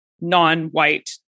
non-white